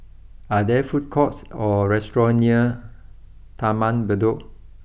are there food courts or restaurants near Taman Bedok